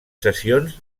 sessions